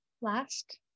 last